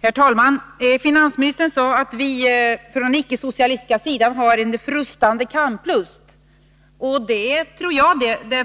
Herr talman! Finansministern sade att vi på den icke-socialistiska sidan har en frustande kamplust. Det tror jag det.